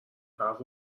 حرف